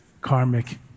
karmic